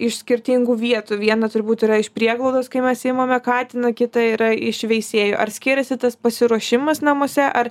iš skirtingų vietų viena turbūt yra iš prieglaudos kai mes imame katiną kitą yra iš veisėjų ar skiriasi tas pasiruošimas namuose ar